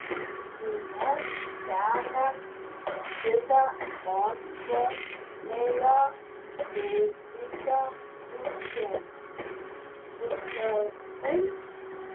nunešk šiąnakt šitą mostelėjo kūdikio pusėn supratai